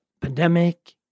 pandemic